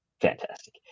Fantastic